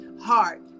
heart